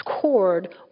cord